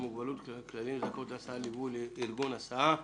מוגבלות (כללים לזכאות להסעה לליווי ולארגון ההסעה),